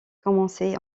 commençaient